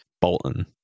Bolton